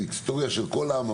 היסטוריה של כל עם,